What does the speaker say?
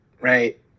right